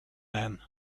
man